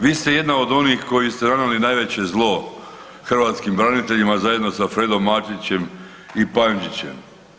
Vi ste jedna od onih koji ste donijeli najveće zlo hrvatskim braniteljima zajedno sa Fredom Matićem i Panđičem.